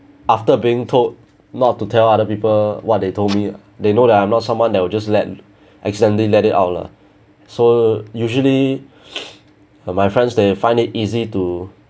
after being told not to tell other people what they told me they know that I'm not someone that will just let exactly let it out lah so usually my friends they find it easy to